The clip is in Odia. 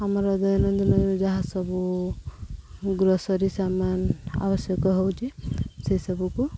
ଆମର ଦୈନନ୍ଦିନ ଯାହା ସବୁ ଗ୍ରୋସରୀ ସାମାନ ଆବଶ୍ୟକ ହେଉଛି ସେସବୁକୁ